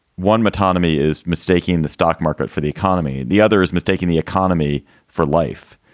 one, metonymy is mistaking the stock market for the economy. the other is mistaking the economy for life.